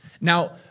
Now